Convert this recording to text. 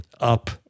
up